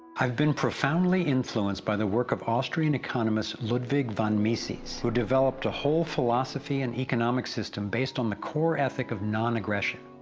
i've been profoundly influenced by the work of austrian economist ludwig von mises, who developed a whole philosophy and an economic system, based on the core ethic of non-aggression.